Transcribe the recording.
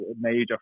major